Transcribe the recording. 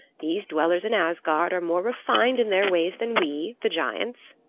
these dwellers in asgard are more refined in their ways than we, the giants.